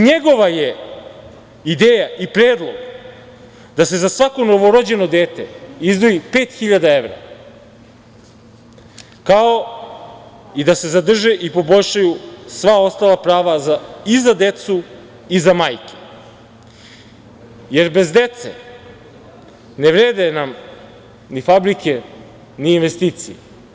Njegova je ideja i predlog da se za svako novorođeno dete izdvoji 5.000 evra, kao i da se zadrže i poboljšaju sva ostala prava i za decu i za majke, jer bez dece ne vrede nam ni fabrike ni investicije.